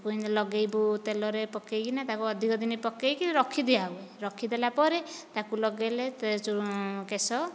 ତାକୁ ଏମିତି ଲଗାଇବୁ ତେଲରେ ପକାଇକିନା ଅଧିକ ଦିନ ପକାଇକି ରଖି ଦିଆ ହୁଏ ରଖି ଦେଲା ପରେ ତାକୁ ଲଗାଇଲେ ଏହି ଯେଉଁ କେଶ